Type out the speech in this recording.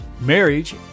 marriage